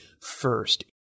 first